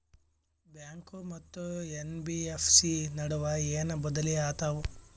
Bank ಮತ್ತ NBFC ನಡುವ ಏನ ಬದಲಿ ಆತವ?